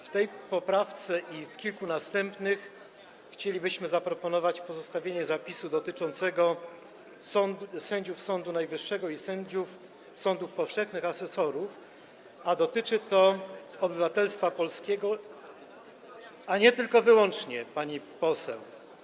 W tej poprawce i w kilku następnych chcielibyśmy zaproponować pozostawienie zapisu dotyczącego sędziów Sądu Najwyższego i sędziów sądów powszechnych, asesorów, a dotyczy to obywatelstwa polskiego, a nie wyłącznie, pani poseł.